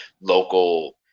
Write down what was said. local